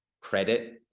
credit